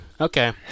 okay